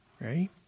right